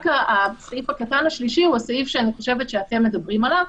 הסעיף הקטן השלישי הוא הסעיף שאני חושבת שאתם מדברים עליו,